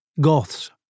Goths